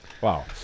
Wow